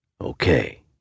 Okay